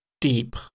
deep